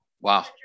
Wow